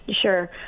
Sure